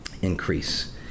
increase